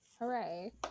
Hooray